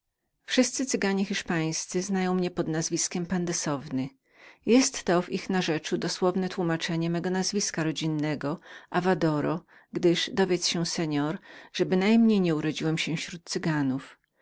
wszyscy cyganie hiszpańscy znają mnie pod nazwiskiem pandesowny jestto w ich narzeczu dosłowne tłomaczenie mego nazwiska rodzinnego avadoro gdyż dowiedz się pan że bynajmniej nie urodziłem się śród